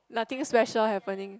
nothing special happening